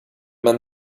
man